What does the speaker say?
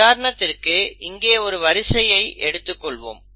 உதாரணத்திற்கு இங்கே ஒரு வரிசையை எடுத்துக்கொள்வோம்